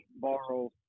borrow